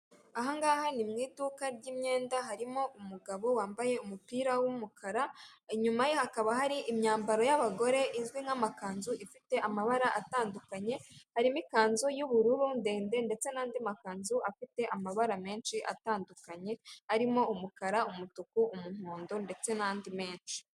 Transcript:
Ahangaha ni mu iduka ry'imyenda, harimo umugabo wambaye umupira w'umukara, inyuma ye hakaba hari imyambaro y'abagore izwi nk'amakanzu ifite amabara atandukanye, harimo ikanzu y'ubururu ndende ndetse n'andi makanzu afite amabara menshi atandukanye, arimo umukara, umutuku, umuhondo, ndetse n'andi menshi.